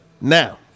Now